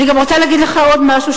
אני גם רוצה להגיד לך עוד משהו,